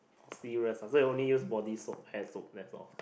serious ah so you only use body soap hair soap that's all